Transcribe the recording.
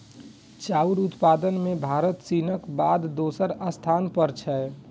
चाउर उत्पादन मे भारत चीनक बाद दोसर स्थान पर छै